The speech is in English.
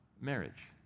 marriage